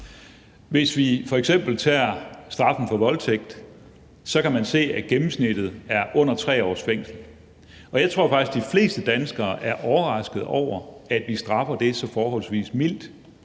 Hvis vi f.eks. tager straffen for voldtægt, kan man se, at gennemsnittet er under 3 års fængsel. Jeg tror faktisk, at de fleste danskere er overrasket over, at vi straffer det så forholdsvis mildt.